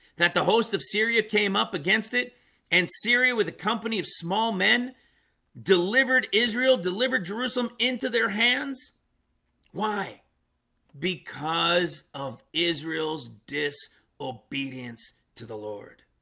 that the host of syria came up against it and syria with a company of small men delivered israel delivered jerusalem into their hands why because of israel's disobedience to the lord